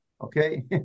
okay